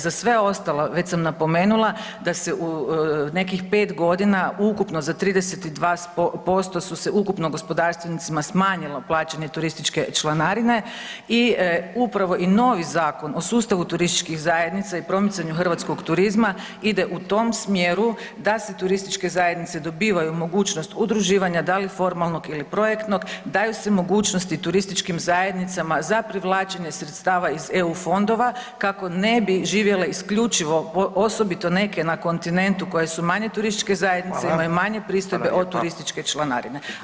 Za sve ostalo već sam napomenula da se u nekih pet godina ukupno za 32% su se ukupno gospodarstvenicima smanjilo plaćanje turističke članarine i upravo novi Zakon o sustavu turističkih zajednica i promicanju hrvatskog turizma ide u tom smjeru da se turističke zajednice dobivaju mogućnost udruživanja da li formalnog ili projektnog, daju se mogućnosti turističkim zajednicama za privlačenje sredstava iz eu fondova kako ne bi živjele isključivo, osobito neke na kontinentu koje su manje turističke zajednice imaju manje pristojbe od turističke članarine.